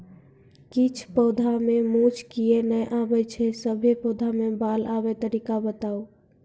किछ पौधा मे मूँछ किये नै आबै छै, सभे पौधा मे बाल आबे तरीका बताऊ?